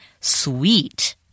Sweet